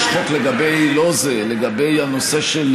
יש חוק לגבי הנושא של